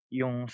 yung